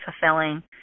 fulfilling